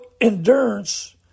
endurance